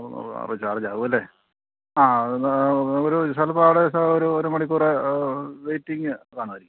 charge ആവും അല്ലേ ആ ചിലപ്പോൾ അവിടെ ഒരു ഒരു മണിക്കൂറ് വെയ്റ്റിങ് കാണുമായിരിക്കും